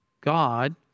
God